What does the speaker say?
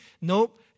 Nope